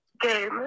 game